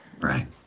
Right